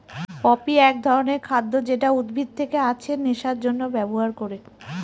poppy এক ধরনের খাদ্য যেটা উদ্ভিদ থেকে আছে নেশার জন্যে ব্যবহার করে